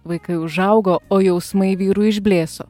vaikai užaugo o jausmai vyrui išblėso